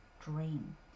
dream